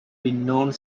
renowned